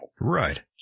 Right